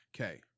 Okay